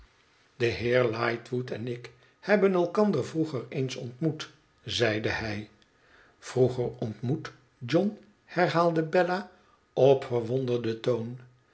de heer lightwood en ik hebben elkander vroeger eens ontmoet zeide hij vroeger ontmoet john herhaalde bella op verwonderden toon